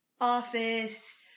office